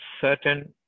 certain